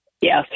Yes